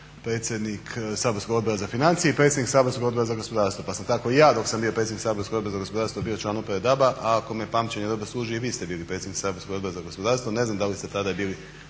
predsjednik Saborskog odbora za financije i predsjednik saborskog Odbora za gospodarstvo. Pa sam tako i ja dok sam bio predsjednik saborskog odbora za gospodarstvo bio član uprave DAB-a a ako me pamćenje dobro služi i vi ste bili predsjednik saborskog odbora za gospodarstvo. Ne znam da li ste tada bili,